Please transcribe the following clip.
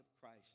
Christ